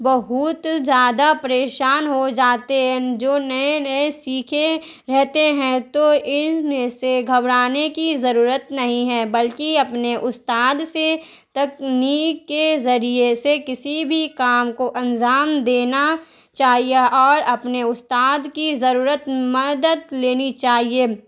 بہت زیادہ پریشان ہو جاتے ہیں جو نئے نئے سیکھے رہتے ہیں تو ان میں سے سے گھبرانے کی ضرورت نہیں ہے بلکہ اپنے استاد سے تکنیک کے ذریعے سے کسی بھی کام کو انجام دینا چاہیے اور اپنے استاد کی ضرورت مدد لینی چاہیے